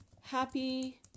happy